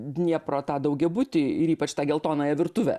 dniepro tą daugiabutį ir ypač tą geltonąją virtuvę